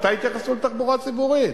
מתי התייחסו לתחבורה ציבורית?